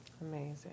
Amazing